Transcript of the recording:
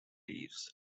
leaves